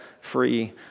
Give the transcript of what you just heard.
free